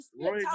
Roy